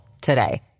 today